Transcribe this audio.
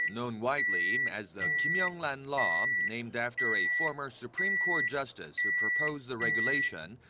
known widely as the kim young-ran law. named after a former supreme court justice who proposed the regulation.